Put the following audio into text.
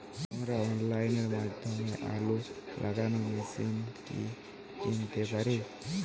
আমরা অনলাইনের মাধ্যমে আলু লাগানো মেশিন কি কিনতে পারি?